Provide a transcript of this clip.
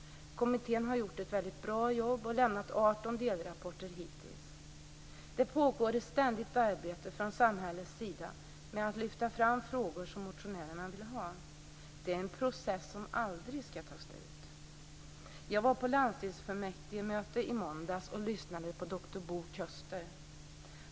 Kommittén har gjort ett mycket bra jobb och lämnat 18 delrapporter hittills. Det pågår ett ständigt arbete från samhällets sida med att lyfta fram frågor som motionärerna vill ha. Det är en process som aldrig skall ta slut. Jag var på landstingsfullmäktigemöte i måndags och lyssnade på doktor Bo Köster.